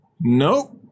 Nope